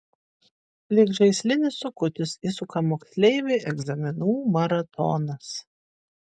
lyg žaislinis sukutis įsuka moksleivį egzaminų maratonas